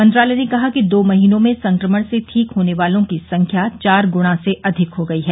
मंत्रालय ने कहा कि दो महीनों में संक्रमण से ठीक होने वालों की संख्या चार ग्णा से अधिक हो गई है